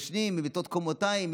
ישנים במיטות קומתיים,